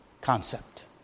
concept